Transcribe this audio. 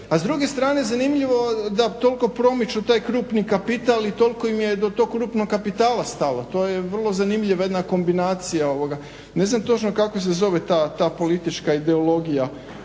A s druge strane, zanimljivo da toliko promiču taj krupni kapital i toliko im je do tog krupnog kapitala stalo, to je vrlo zanimljiva jedna kombinacija. Ne znam točno kako se zove ta politička ideologija